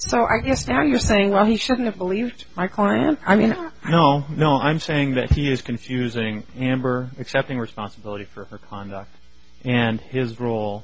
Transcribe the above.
so i guess now you're saying well he shouldn't have believed my client i mean no no i'm saying that he is confusing and for accepting responsibility for her conduct and his role